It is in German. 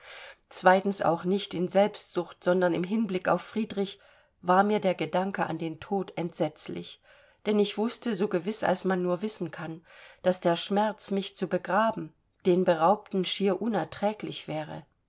zweitens auch nicht in selbstsucht sondern im hinblick auf friedrich war mir der gedanke an den tod entsetzlich denn ich wußte so gewiß als man nur wissen kann daß der schmerz mich zu begraben den beraubten schier unerträglich wäre